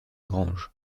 grange